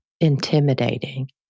intimidating